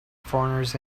foreigners